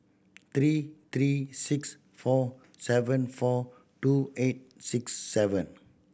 three three six four seven four two eight six seven